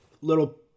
little